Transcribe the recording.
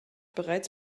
bereits